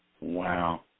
Wow